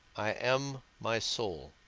i am my soul.